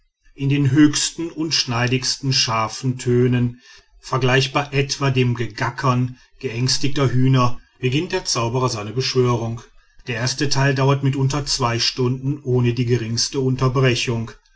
in den höchsten und schneidig schärfsten tönen vergleichbar etwa dem gackern geängstigter hühner beginnt der zauberer seine beschwörung der erste teil dauert mitunter zwei stunden ohne die geringste unterbrechung